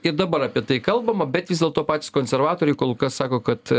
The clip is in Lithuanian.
ir dabar apie tai kalbama bet vis dėlto patys konservatoriai kol kas sako kad